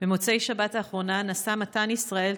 במוצאי שבת האחרונה נסע מתן ישראל,